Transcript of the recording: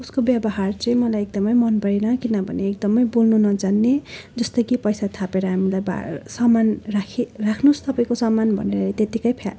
उसको व्यवहार चाहिँ मलाई एकदमै मनपरेन किनभने एकदमै बोल्नु नजान्ने जस्तो कि पैसा थापेर हामीलाई भा सामान राखे राख्नुहोस् तपाईँको समान भनेर त्यतिकै फ्याँ